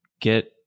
get